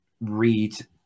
read